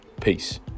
Peace